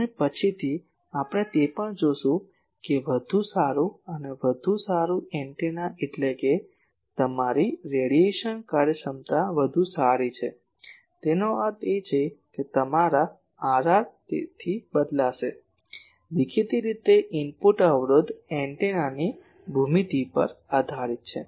અને પછીથી આપણે તે પણ જોશું કે વધુ સારું અને વધુ સારું એન્ટેના એટલે કે તમારી રેડિયેશન કાર્યક્ષમતા વધુ સારી છે તેનો અર્થ એ કે તમારા Rr તેથી બદલાશે દેખીતી રીતે ઇનપુટ અવરોધ એન્ટેનાની ભૂમિતિ પર આધારિત છે